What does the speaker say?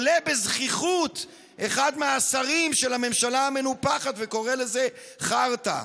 ועולה בזחיחות אחד מהשרים של הממשלה המנופחת וקורא לזה חרטא.